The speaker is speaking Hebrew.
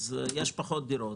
אז יש פחות דירות,